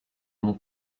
mon